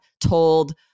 told